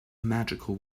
magical